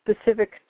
specific